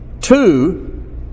Two